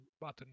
button